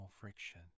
friction